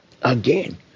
Again